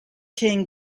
king